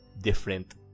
different